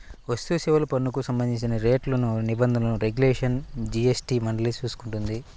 వస్తుసేవల పన్నుకు సంబంధించిన రేట్లు, నిబంధనలు, రెగ్యులేషన్లను జీఎస్టీ మండలి చూసుకుంటుంది